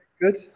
Good